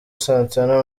santana